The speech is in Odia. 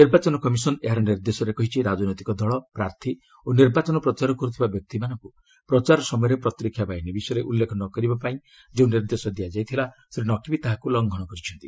ନିର୍ବାଚନ କମିଶନ୍ ଏହାର ନିର୍ଦ୍ଦେଶରେ କହିଛି ରାଜନୈତିକ ଦଳ ପ୍ରାର୍ଥୀ ଓ ନିର୍ବାଚନ ପ୍ରଚାର କରୁଥିବା ବ୍ୟକ୍ତିମାନଙ୍କୁ ପ୍ରଚାର ସମୟରେ ପ୍ରତିରକ୍ଷା ବାହିନୀ ବିଷୟରେ ଉଲ୍ଲେଖ ନ କରିବା ପାଇଁ ଯେଉଁ ନିର୍ଦ୍ଦେଶ ଦିଆଯାଇଥିଲା ଶ୍ରୀ ନକ୍ବି ତାହାକୁ ଲଙ୍ଘନ କରିଛନ୍ତି